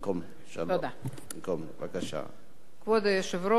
הנושא הבא שלנו הוא: יום הזהות